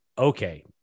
okay